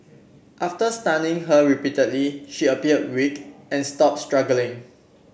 after stunning her repeatedly she appeared weak and stopped struggling